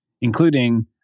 including